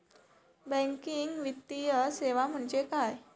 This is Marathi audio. बँकिंग वित्तीय सेवा म्हणजे काय?